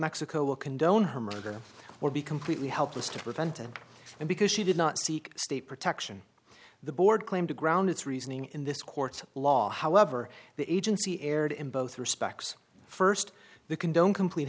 mexico would condone her murder or be completely helpless to prevent it and because she did not seek state protection the board claim to ground its reasoning in this courts of law however the agency erred in both respects st the condone complete